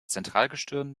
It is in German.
zentralgestirn